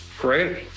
great